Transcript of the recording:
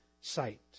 sight